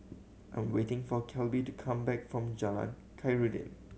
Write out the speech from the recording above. I'm waiting for Kelby to come back from Jalan Khairuddin